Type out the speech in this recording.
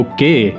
Okay